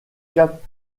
cap